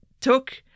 took